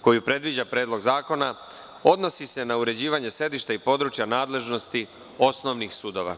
koju predviđa Predlog zakona odnosi se na uređivanje sedišta i područja nadležnosti osnovnih sudova.